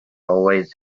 always